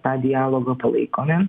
tą dialogą palaikome